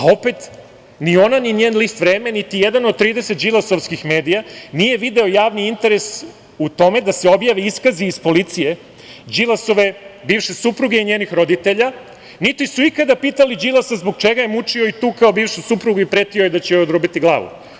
Opet, ni ona ni njen list „Vreme“, niti i jedan od 30 Đilasovskih medija nije video javni interes u tome da se objave iskazi iz policije Đilasove bivše supruge i njenih roditelja, niti su ikada pitali Đilasa zbog čega je mučio i tukao bivšu suprugu i pretio joj da će joj odrubiti glavu.